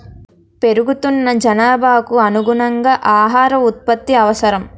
పెరుగుతున్న జనాభాకు అనుగుణంగా ఆహార ఉత్పత్తి అవసరం